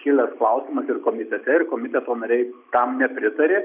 kilęs klausimas ir komitete ir komiteto nariai tam nepritarė